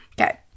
Okay